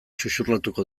xuxurlatuko